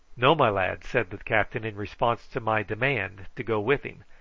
no, my lad, said the captain in response to my demand to go with him.